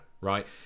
right